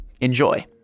Enjoy